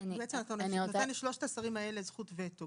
אבל בעצם אתה נותן לשלושת השרים האלה זכות וטו.